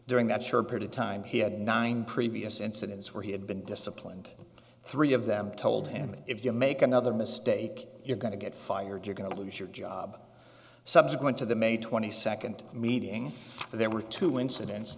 during that short pretty time he had nine previous incidents where he had been disciplined three of them told him that if you make another mistake you're going to get fired you're going to lose your job subsequent to the may twenty second meeting there were two incidents